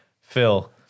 Phil